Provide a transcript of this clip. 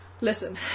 Listen